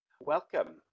Welcome